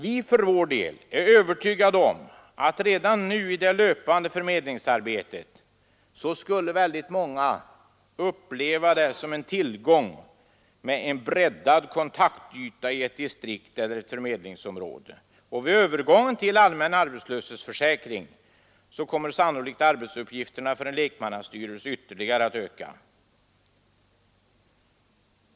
Vi för vår del är övertygade om att redan nu i det löpande förmedlingsarbetet skulle många uppleva det som en tillgång med en breddad kontaktyta i ett distrikt eller ett förmedlingsområde. Vid övergången till allmän arbetslöshetsförsäkring kommer sannolikt arbetsuppgifterna för en lekmannastyrelse att ytterligare öka.